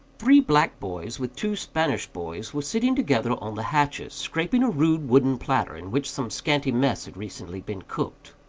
three black boys, with two spanish boys, were sitting together on the hatches, scraping a rude wooden platter, in which some scanty mess had recently been cooked.